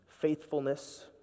faithfulness